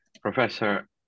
Professor